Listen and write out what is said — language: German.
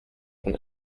von